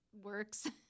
works